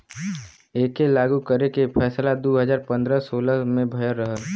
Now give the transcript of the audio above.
एके लागू करे के फैसला दू हज़ार पन्द्रह सोलह मे भयल रहल